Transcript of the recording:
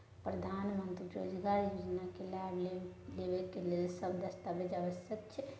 प्रधानमंत्री मंत्री रोजगार योजना के लाभ लेव के कोन सब दस्तावेज आवश्यक छै?